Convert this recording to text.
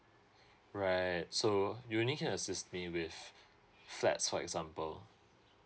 right so you only can assist me with flats for example